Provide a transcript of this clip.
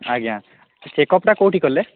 ଆଜ୍ଞା ଚେକ୍ଅପ୍ଟା କେଉଁଠି କଲେ